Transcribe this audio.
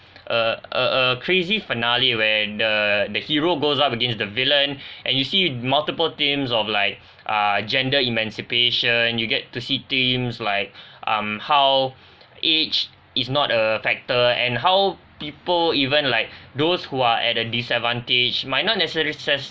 a a a crazy finale where the the hero goes up against the villain and you see multiple themes of like uh gender emancipation you get to see themes like um how age is not a factor and how people even like those who are at a disadvantage might not necessar~